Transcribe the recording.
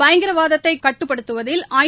பயங்கரவாதத்தை கட்டுப்படுத்துவதில் ஐ